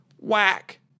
Whack